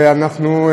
ואנחנו,